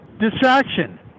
distraction